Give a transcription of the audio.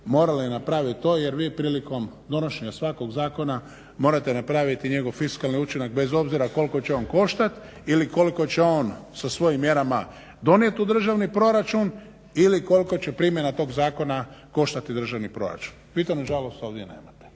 morali napraviti to jer vi prilikom donošenja svakog zakona morate napraviti njegov fiskalni učinak bez obzira koliko će on koštati ili koliko će on sa svojim mjerama donijeti u državni proračun ili koliko će primjena tog zakona koštati državni proračun. Vi to nažalost ovdje nemate.